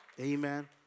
Amen